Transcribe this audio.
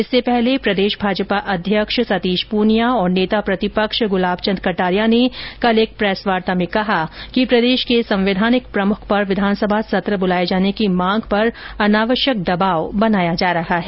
इससे पहले प्रदेश भाजपा अध्यक्ष सतीश पूनिया और नेता प्रतिपक्ष गुलाब चंद कटारिया ने ने कल एक प्रेस वार्ता में कहा कि प्रदेश के संवैधानिक प्रमुख पर विधानसभा सत्र बुलाए जाने की मांग पर अनावश्यक दबाव बनाया जा रहा है